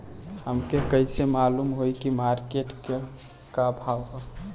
हमके कइसे मालूम होई की मार्केट के का भाव ह?